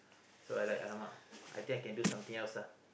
so I like !alamak! I think I can do something else ah